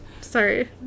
Sorry